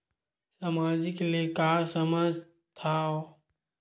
सामाजिक ले का समझ थाव?